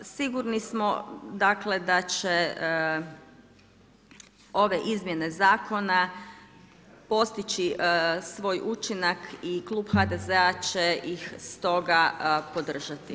Sigurni smo, dakle, da će ove izmjene zakona postići svoj učinak i Klub HDZ-a će ih stoga podržati.